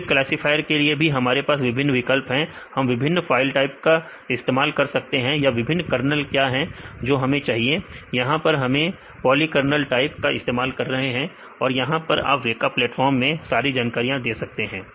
फिर क्लासफायर के लिए भी हमारे पास विभिन्न विकल्प हैं हम विभिन्न फाइल टाइप का इस्तेमाल कर सकते हैं या विभिन्न कर्नल क्या है जो हमें चाहिए यहां पर हम पोलीकर्नल टाइप का इस्तेमाल कर रहे हैं और यहां आप वेका प्लेटफार्म में सारी जानकारियां देख सकते हैं